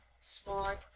smart